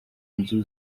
nzu